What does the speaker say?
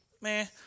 man